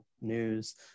news